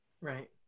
Right